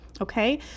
Okay